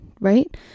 right